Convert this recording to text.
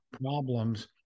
problems